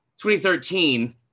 2013